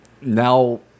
Now